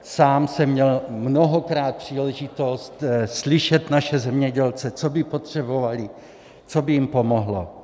Sám jsem měl mnohokrát příležitost slyšet naše zemědělce, co by potřebovali, co by jim pomohlo.